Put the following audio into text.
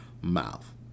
mouth